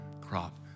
crop